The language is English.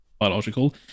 biological